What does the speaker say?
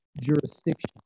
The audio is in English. jurisdiction